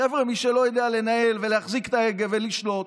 חבר'ה, מי שלא יודע לנהל ולהחזיק את ההגה ולשלוט,